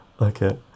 Okay